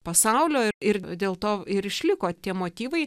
pasaulio ir dėl to ir išliko tie motyvai